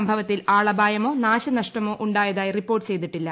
സംഭവത്തിൽ ആളപായമോ നാശനഷ്ടമോ ഉണ്ടായതായി റിപ്പോർട്ട് ചെയ്തിട്ടില്ല